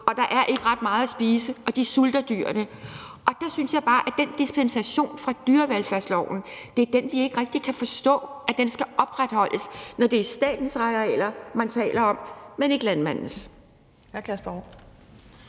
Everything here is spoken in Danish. Og der er ikke ret meget at spise, og dyrene sulter. Der synes jeg bare, at den dispensation fra dyrevelfærdsloven er den, vi ikke rigtig kan forstå skal opretholdes, når det er statens arealer, man taler om, men ikke landmandens.